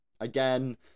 again